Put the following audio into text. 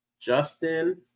Justin